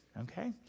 Okay